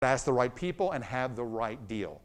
‫לשאול את האנשים הכי טובים ‫ולהבין את הדבר הכי טוב.